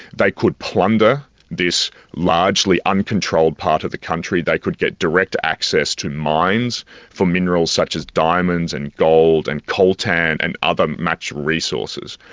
they could plunder this largely uncontrolled part of the country, they could get direct access to mines for minerals such as diamonds and gold and coltan and other natural resources.